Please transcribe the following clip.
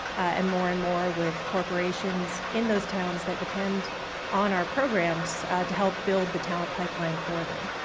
and more and more with corporations in those towns that depend on our programs to help build the town pipeline for them.